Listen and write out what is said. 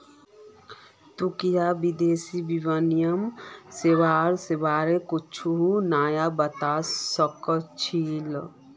तुई विदेशी विनिमय सेवाआर बारे कुछु नया बतावा सक छी